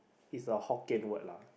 is a hokkien word lah